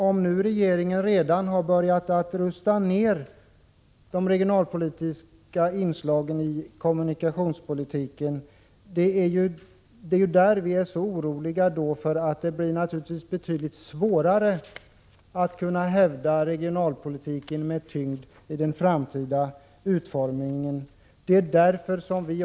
Om nu regeringen redan har börjat att minska de regionalpolitiska inslagen i trafikpolitiken, är vi oroliga för att det blir betydligt svårare att kunna hävda regionalpolitiken i den framtida utformningen av trafikpolitiken.